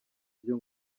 byo